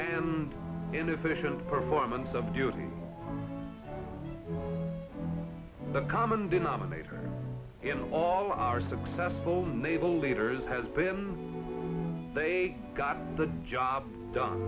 an inefficient performance of duty the common denominator in all our successful naval leaders has been they got the job done